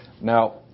Now